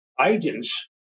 agents